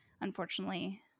unfortunately